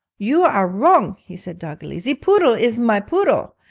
you are wrong he said doggedly ze poodle is my poodle!